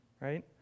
Right